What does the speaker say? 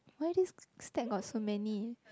why this this step got so many